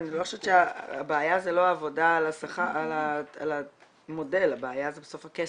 אני לא חושבת --- הבעיה זה לא העבודה על המודל הבעיה זה בסוף הכסף,